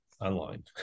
online